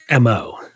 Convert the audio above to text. MO